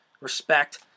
respect